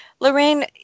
Lorraine